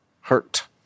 Hurt